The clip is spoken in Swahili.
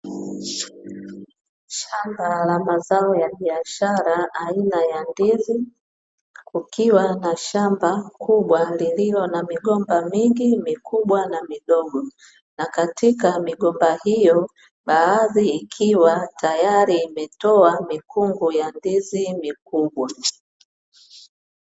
Shamba la mazao ya biashara aina ya ndizi, kukiwa na shamba kubwa lililo na migomba mingi mikubwa na midogo. Na katika migomba hiyo baadhi ikiwa tayari imetoa mikungu ya ndizi mikubwa.